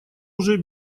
уже